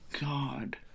god